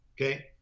Okay